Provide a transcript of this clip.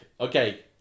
Okay